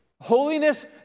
Holiness